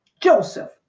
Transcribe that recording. Joseph